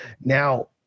Now